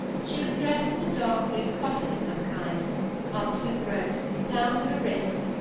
she was dressed in dark blue cotton of some kind up to her throat, down to her wrists,